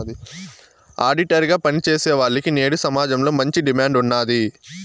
auditor గా పని చేసేవాల్లకి నేడు సమాజంలో మంచి డిమాండ్ ఉన్నాది